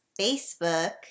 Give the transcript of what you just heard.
Facebook